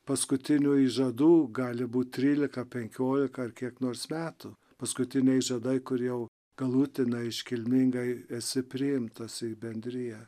paskutinių įžadų gali būt trylika penkiolika ar kiek nors metų paskutiniai žiedai kur jau galutinai iškilmingai esi priimtas į bendriją